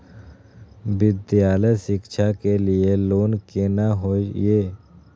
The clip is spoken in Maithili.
विद्यालय शिक्षा के लिय लोन केना होय ये?